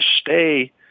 stay